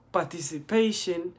Participation